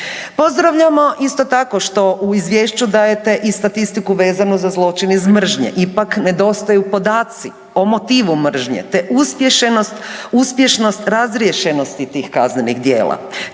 Pozdravljamo isto tako što u izvješću dajete i statistiku vezno za zločin iz mržnje ipak ne dostaju podaci o motivu mržnje te uspješnost razriješenosti tih kaznenih djela.